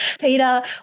Peter